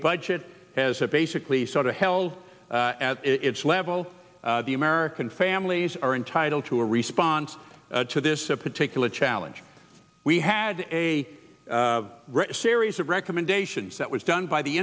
budget has had basically sort of held its level the american families are entitled to a response to this particular challenge we had a series of recommendations that was done by the